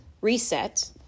Reset